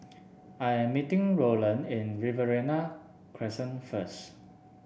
I am meeting Rowland at Riverina Crescent first